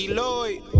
Lloyd